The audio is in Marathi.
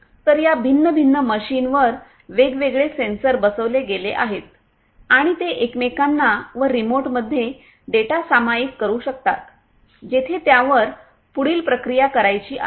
तर या भिन्न भिन्न मशीन वर वेगवेगळे सेन्सर बसविले गेले आहेत आणि ते एकमेकांना व रिमोट मध्ये डेटा सामायिक करू शकतात जेथे त्यावर पुढील प्रक्रिया करायची आहे